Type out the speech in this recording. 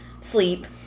sleep